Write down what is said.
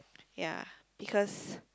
ya because